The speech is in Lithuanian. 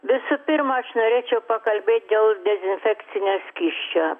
visų pirma aš norėčiau pakalbėt dėl dezinfekcinio skysčio